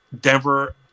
Denver